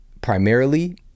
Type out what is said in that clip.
primarily